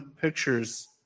pictures